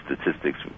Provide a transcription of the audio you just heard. statistics